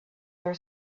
your